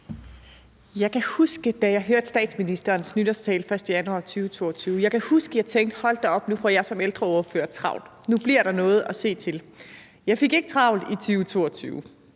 Jeg kan huske, da jeg hørte statsministerens nytårstale den 1. januar 2022. Jeg kan huske, jeg tænkte: Hold da op, nu får jeg som ældreordfører travlt; nu bliver der noget at se til. Jeg fik ikke travlt i 2022.